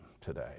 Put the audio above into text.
today